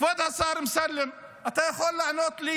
כבוד השר אמסלם, אתה יכול לענות לי: